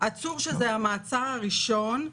עצור שזה המעצר הראשון,